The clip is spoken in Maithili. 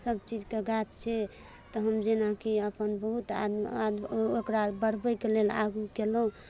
सभ चीजके गाछ छै तहन जेना कि अपन बहुत आगू ओकरा बढ़बैके लेल आगू कयलहुँ